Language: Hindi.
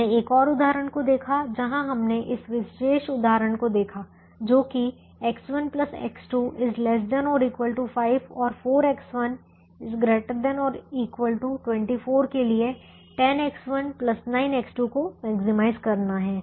हमने एक और उदाहरण को देखा जहां हमने इस विशेष उदाहरण को देखा जो कि X1X2 ≤ 5 और 4X1 ≥ 24 के लिए 10X1 9X2 को मैक्सिमाइज करना है